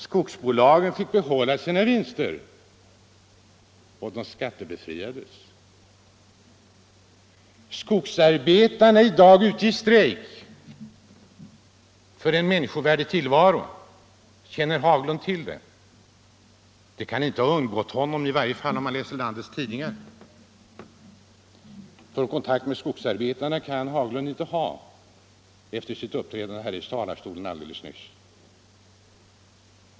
Skogsbolagen fick behålla sina vinster — och de t.o.m. skattebefriades. Och herr Haglund darrar därför nu på manschetten. Skogsarbetarna är i dag ute i strejk för en människovärdig tillvaro. Känner herr Haglund till det? Det kan inte ha undgått honom, i varje fall inte om han läser landets tidningar — för någon kontakt med skogsarbetarna kan ju herr Haglund inte ha efter sitt uppträdande i talarstolen alldeles nyss.